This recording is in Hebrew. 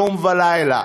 יום ולילה.